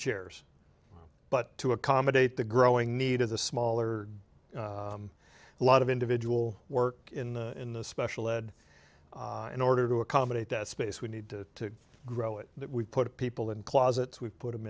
chairs but to accommodate the growing need as a smaller lot of individual work in the in the special ed in order to accommodate that space we need to grow it that we put people in closets we put them